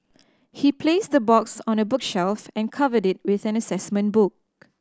he placed the box on a bookshelf and covered it with an assessment book